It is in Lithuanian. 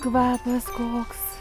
kvapas koks